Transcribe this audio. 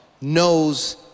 knows